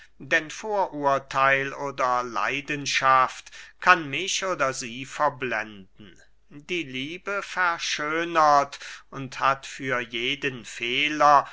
denn vorurtheil oder leidenschaft kann mich oder sie verblenden die liebe verschönert und hat für jeden fehler